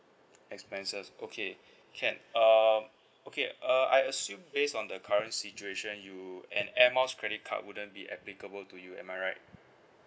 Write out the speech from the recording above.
expenses okay can uh okay uh I assume based on the current situation you an air miles credit card wouldn't be applicable to you am I right